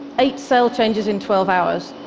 eight sail changes in twelve hours.